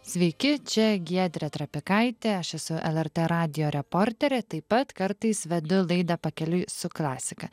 sveiki čia giedrė trapikaitė aš esu lrt radijo reporterė taip pat kartais vedu laidą pakeliui su klasika